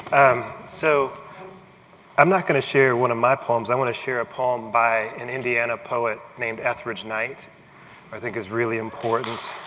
so i'm not going to share one of my poems. i want to share a poem by an indiana poet named etheridge knight that i think is really important,